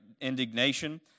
indignation